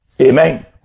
Amen